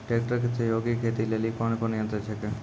Tractor के सहयोगी खेती लेली कोन कोन यंत्र छेकै?